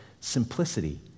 simplicity